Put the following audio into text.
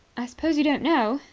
i suppose you don't know,